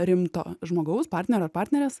rimto žmogaus partnerio partnerės